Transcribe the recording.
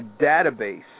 database